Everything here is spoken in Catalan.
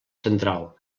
central